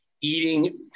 eating